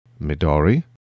Midori